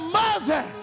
mother